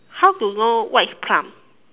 how to know what is plum